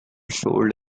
sold